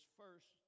first